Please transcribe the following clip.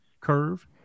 curve